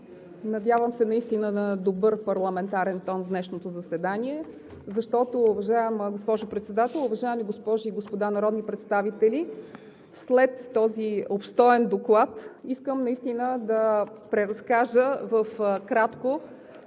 Надявам се наистина на добър парламентарен тон в днешното заседание. Уважаема госпожо Председател, уважаеми госпожи и господа народни представители! След този обстоен доклад искам наистина да преразкажа на кратко